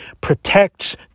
protects